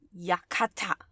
Yakata